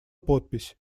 подпись